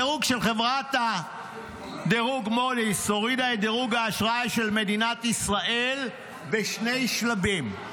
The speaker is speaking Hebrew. חברת מודי'ס הורידה את דירוג האשראי של מדינת ישראל בשני שלבים.